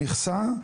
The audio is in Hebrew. המכסה,